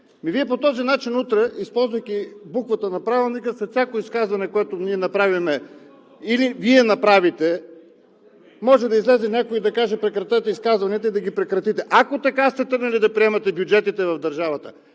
Вие по този начин утре, използвайки буквата на Правилника, след всяко изказване, което ние направим или Вие направите, може да излезе някой и да каже: прекратете изказванията и да ги прекратите. Ако така сте тръгнали да приемате бюджетите в държавата,